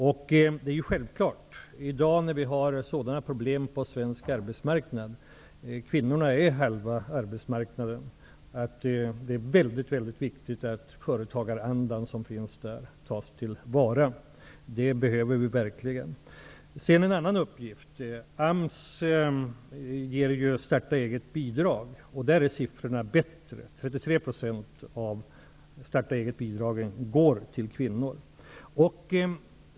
Självfallet är det väldigt viktigt att den företagaranda som finns hos dessa kvinnor tas till vara, med tanke på de problem som vi i dag har på svensk arbetsmarknad -- kvinnorna representerar ju hälften av denna arbetsmarknad. Så till en annan uppgift. AMS ger bidrag till att starta eget. Där är siffrorna gynsammare för kvinnor. Av bidragen för att starta eget går 33 % till kvinnors objekt.